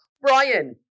Brian